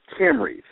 Camrys